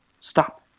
Stop